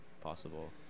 possible